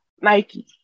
Nike